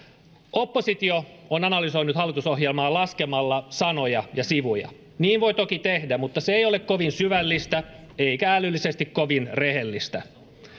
oppositio on analysoinut hallitusohjelmaa laskemalla sanoja ja sivuja niin voi toki tehdä mutta se ei ole kovin syvällistä eikä älyllisesti kovin rehellistä